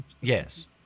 Yes